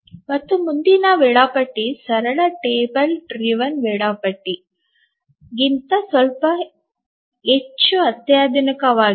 ಮತ್ತು ಮುಂದಿನ ವೇಳಾಪಟ್ಟಿ ಸರಳ ಟೇಬಲ್ ಚಾಲಿತ ವೇಳಾಪಟ್ಟಿಗಿಂತ ಸ್ವಲ್ಪ ಹೆಚ್ಚು ಅತ್ಯಾಧುನಿಕವಾಗಿದೆ